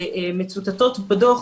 שמצוטטות בדוח,